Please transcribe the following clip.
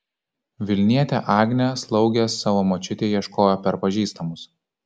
vilnietė agnė slaugės savo močiutei ieškojo per pažįstamus